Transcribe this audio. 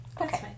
Okay